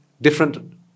different